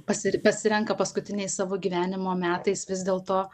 pasi pasirenka paskutiniais savo gyvenimo metais vis dėlto